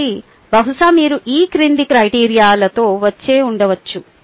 కాబట్టి బహుశా మీరు ఈ క్రింది క్రైటీరియా లతో వచ్చి ఉండవచ్చు